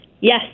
Yes